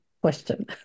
question